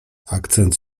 akcent